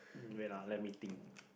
um wait ah let me think